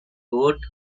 boat